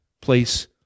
place